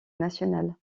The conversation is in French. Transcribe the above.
national